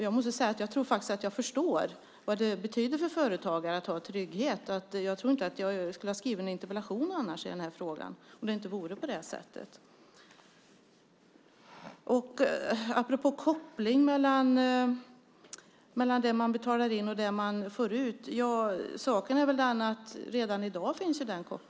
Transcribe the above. Jag förstår faktiskt vad det betyder för företagare att ha trygghet. Jag skulle inte ha skrivit en interpellation i frågan annars. Kopplingen mellan det man betalar in och det man får ut finns redan i dag.